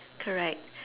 correct